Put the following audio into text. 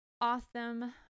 Awesome